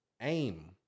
Aim